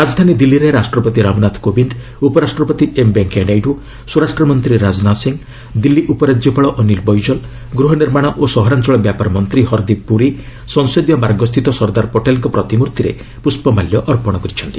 ରାଜଧାନୀ ଦିଲ୍ଲୀରେ ରାଷ୍ଟ୍ରପତି ରାମନାଥ କୋବିନ୍ଦ ଉପରାଷ୍ଟ୍ରପତି ଏମ୍ ଭେଙ୍କିୟା ନାଇଡ୍ର ସ୍ୱରାଷ୍ଟ୍ର ମନ୍ତ୍ରୀ ରାଜନାଥ ସିଂ ଦିଲ୍ଲୀ ଉପରାଜ୍ୟପାଳ ଅନୀଲ୍ ବୈଜଲ୍ ଗୃହନିର୍ମାଣ ଓ ସହରାଞ୍ଚଳ ବ୍ୟାପାର ମନ୍ତ୍ରୀ ହର୍ଦୀପ ପ୍ରରୀ ସଂସଦୀୟ ମାର୍ଗସ୍ଥିତ ସର୍ଦ୍ଦାର ପଟେଲ୍ଙ୍କର ପ୍ରତିମ୍ଭିରେ ପୃଷ୍ଣମାଲ୍ୟ ଅର୍ପଣ କରିଛନ୍ତି